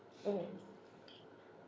mmhmm